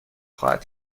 خواهد